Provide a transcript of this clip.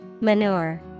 Manure